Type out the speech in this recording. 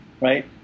right